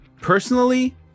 personally